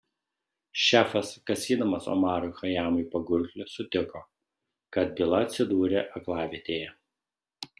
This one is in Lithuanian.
šefas kasydamas omarui chajamui pagurklį sutiko kad byla atsidūrė aklavietėje